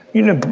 you know,